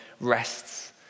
rests